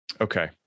okay